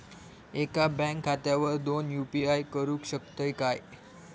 एका बँक खात्यावर दोन यू.पी.आय करुक शकतय काय?